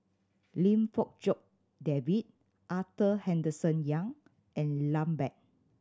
Lim Fong Jock David Arthur Henderson Young and Lambert